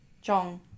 Jong